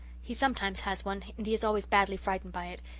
he sometimes has one and he is always badly frightened by it.